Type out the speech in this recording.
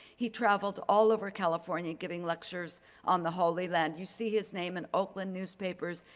he traveled all over california giving lectures on the holy land. you see his name in oakland newspapers,